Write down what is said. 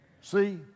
See